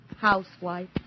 housewife